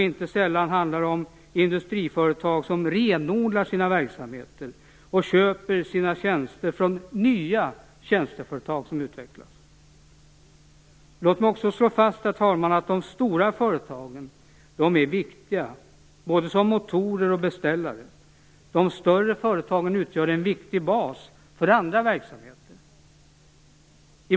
Inte sällan handlar det om industriföretag som renodlar sina verksamheter och köper sina tjänster från nya tjänsteföretag som utvecklas. Herr talman! Låt mig också slå fast att de stora företagen är viktiga både som motorer och beställare. De större företagen utgör en viktig bas för andra verksamheter.